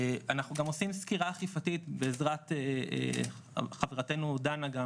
אנחנו גם עושים סקירה אכיפתית בעזרת חברתינו דנה,